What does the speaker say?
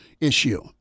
issue